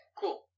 cool